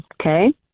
okay